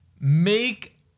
make